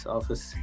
Office